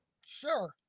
Sure